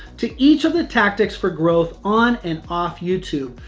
to each of the tactics for growth on and off youtube.